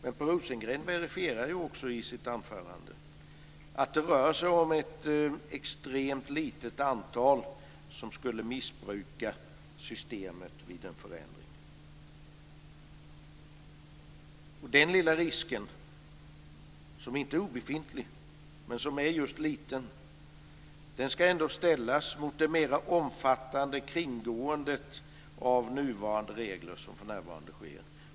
Men Per Rosengren verifierar ju också i sitt anförande att det rör sig om ett extremt litet antal som skulle missbruka systemet vid en förändring. Den lilla risken, som inte är obefintlig men som är just liten, ska ändå ställas mot det mer omfattande kringgåendet av nuvarande regler som för närvarande sker.